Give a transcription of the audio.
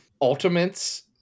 ultimate's